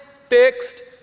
fixed